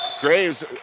Graves